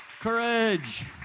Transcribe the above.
Courage